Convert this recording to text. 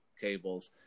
Cables